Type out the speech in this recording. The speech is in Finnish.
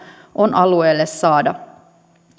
on alueelle saada syksystä